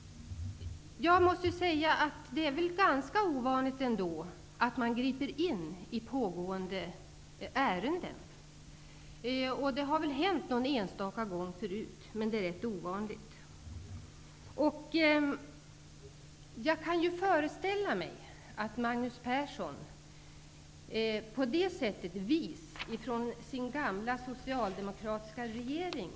Det är väl ändå ganska ovanligt att man griper in i pågående ärenden. Det har väl hänt någon enstaka gång förut, men det är rätt ovanligt. Jag kan föreställa mig att Magnus Persson inte känner så där väldigt stort förtroende för regeringen.